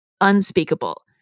unspeakable